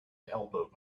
elbowed